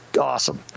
awesome